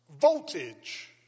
Voltage